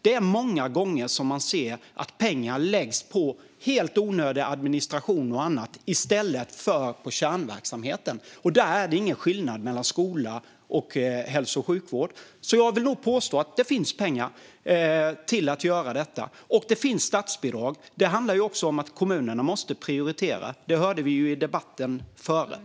Det är många gånger som man ser att pengar läggs på helt onödig administration och annat i stället för på kärnverksamheten, och där är det ingen skillnad mellan skola och hälso och sjukvård. Jag vill nog påstå att det finns pengar till att göra detta, och det finns statsbidrag. Det handlar också om att kommunerna måste prioritera. Det hörde vi i den tidigare debatten.